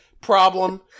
problem